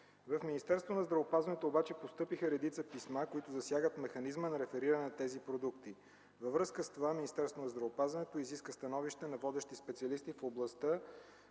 В Министерството на здравеопазването обаче постъпиха редица писма, които засягат механизма на рефериране на тези продукти. Във връзка с това Министерството на здравеопазването изиска становища от водещи специалисти в областта